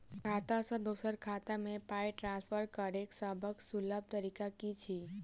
खाता सँ दोसर खाता मे पाई ट्रान्सफर करैक सभसँ सुलभ तरीका की छी?